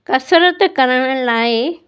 कसरत करण लाइ